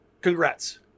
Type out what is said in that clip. congrats